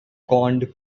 corned